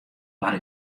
waard